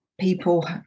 people